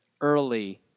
early